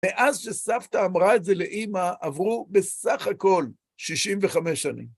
מאז שסבתא אמרה את זה לאימא, עברו בסך הכל 65 שנים.